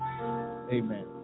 amen